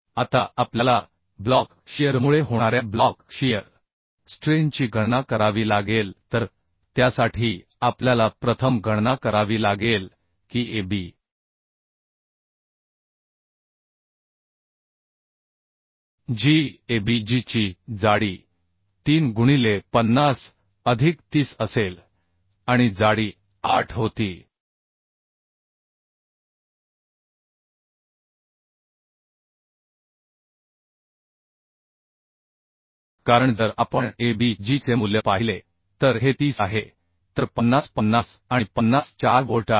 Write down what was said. आता आपल्याला ब्लॉक शीअरमुळे होणाऱ्या ब्लॉक शीअर स्ट्रेनची गणना करावी लागेल तर त्यासाठी आपल्याला प्रथम गणना करावी लागेल की a b g a b g ची जाडी 3 गुणिले 50 अधिक 30 असेल आणि जाडी 8 होती कारण जर आपण a b g चे मूल्य पाहिले तर हे 30 आहे तर 50 50 आणि 50 4 व्होल्ट आहेत